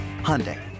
Hyundai